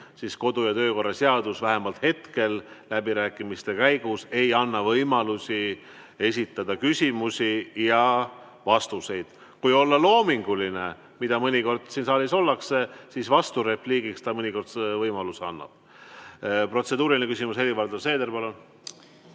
käigus. Kodu- ja töökorra seadus hetkel läbirääkimiste käigus ei anna võimalust esitada küsimusi ja vastuseid. Kui olla loominguline, mida mõnikord siin saalis ollakse, siis vasturepliigiks ta mõnikord võimaluse annab. Protseduuriline küsimus, Helir-Valdor Seeder, palun!